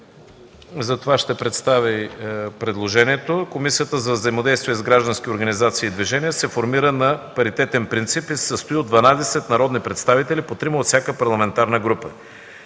затова ще представя предложението: „1. Комисията за взаимодействие с граждански организации и движения се формира на паритетен принцип и се състои от 12 народни представители – по трима от всяка парламентарна група.